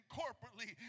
corporately